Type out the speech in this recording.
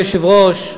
אדוני היושב-ראש,